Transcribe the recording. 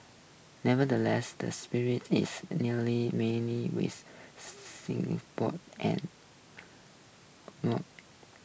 nevertheless the spring is newly many with and